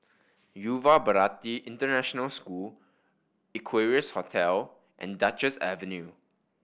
Yuva Bharati International School Equarius Hotel and Duchess Avenue